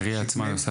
העירייה עצמה עושה